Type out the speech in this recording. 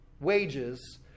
wages